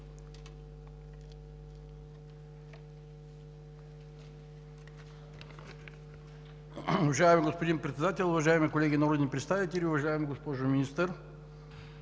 Уважаеми господин Председател, уважаеми колеги народни представители! Уважаема госпожо Министър,